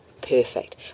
perfect